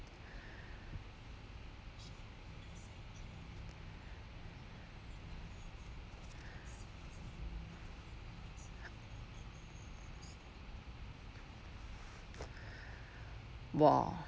!wah!